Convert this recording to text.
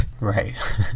Right